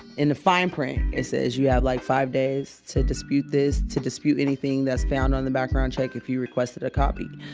in the fine print, it says you have, like, five days to dispute this, to dispute anything that's found on the background check, if you requested a copy.